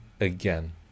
again